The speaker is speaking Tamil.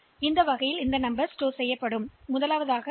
எனவே இது எண் எவ்வாறு சேமிக்கப்படும் என்பதுதான்